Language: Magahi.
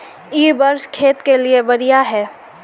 इ वर्षा खेत के लिए बढ़िया है?